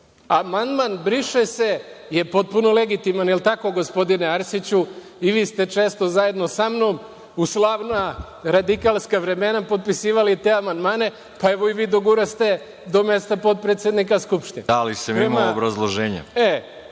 Amandman briše se je potpuno legitiman. Jel tako gospodine Arsiću? I vi ste često zajedno samnom u slavna radikalska vremena, potpisivali te amandmane, pa evo i vi doguraste do mesta potpredsednika Skupštine. **Veroljub